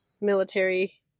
military